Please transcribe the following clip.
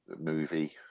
movie